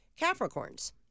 Capricorns